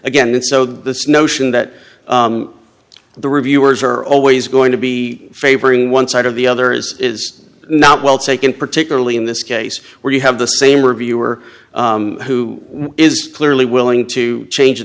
again and so this notion that the reviewers are always going to be favoring one side of the other is is not well taken particularly in this case where you have the same reviewer who is clearly willing to change